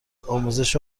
آموزش